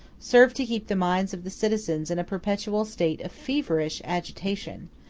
serve to keep the minds of the citizens in a perpetual state of feverish agitation,